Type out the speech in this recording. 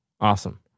awesome